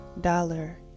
Dollar